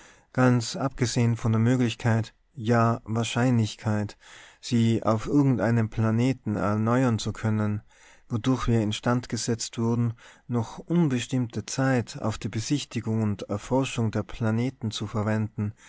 ganz abgesehen von der möglichkeit ja wahrscheinlichkeit sie auf irgend einem planeten erneuern zu können wodurch wir in stand gesetzt würden noch unbestimmte zeit auf die besichtigung und erforschung der planeten zu verwenden